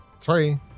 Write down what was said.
three